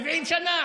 70 שנה,